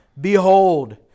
Behold